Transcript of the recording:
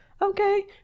Okay